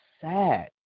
sad